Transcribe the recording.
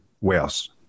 Wales